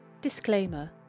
Disclaimer